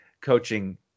coaching